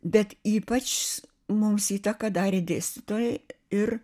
bet ypač mums įtaką darė dėstytojai ir